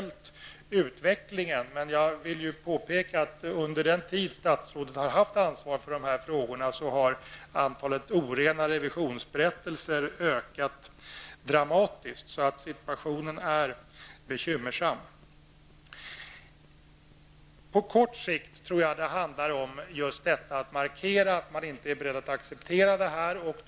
Jag vill påpeka att under den tid statsrådet haft ansvaret för dessa frågor har antalet orena revisionsberättelser ökat så dramatiskt att situationen blivit bekymmersam. På kort sikt tror jag det handlar om just detta att markera att man inte är beredd att acceptera dessa förhållanden.